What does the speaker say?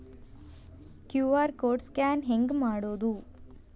QR code scan ಹೆಂಗ್ ಮಾಡೋದು?